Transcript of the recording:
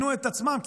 גם לא ב-3.7.